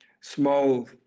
small